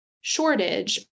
shortage